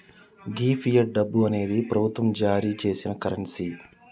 గీ fiat డబ్బు అనేది ప్రభుత్వం జారీ సేసిన కరెన్సీ